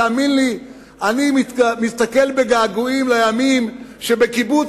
תאמין לי שאני מתסתכל בגעגועים על הימים כאשר בקיבוץ